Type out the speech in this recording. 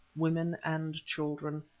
women, and children.